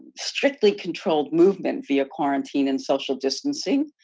strictly controlled movement via quarantine and social distancing.